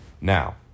Now